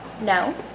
No